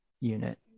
unit